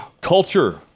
culture